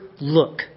look